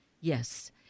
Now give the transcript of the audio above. Yes